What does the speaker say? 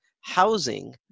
Housing